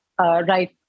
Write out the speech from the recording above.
right